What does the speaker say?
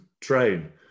train